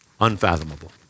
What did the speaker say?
Unfathomable